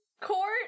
Court